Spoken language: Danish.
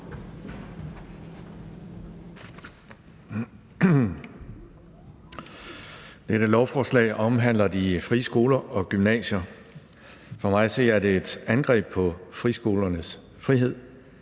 Dette lovforslag omhandler de frie skoler og gymnasier. For mig at se er det et angreb på friskolernes frihed.